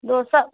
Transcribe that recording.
व सब